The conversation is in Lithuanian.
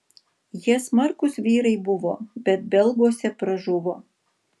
jie smarkūs vyrai buvo bet belguose pražuvo